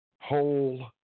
Whole